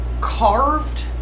carved